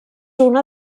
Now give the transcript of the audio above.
una